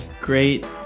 great